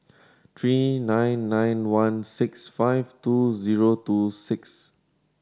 three nine nine one six five two zero two six